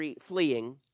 fleeing